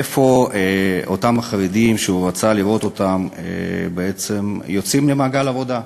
איפה אותם החרדים שהוא רצה לראות אותם בעצם יוצאים למעגל העבודה,